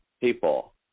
people